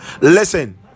listen